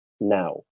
now